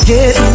Get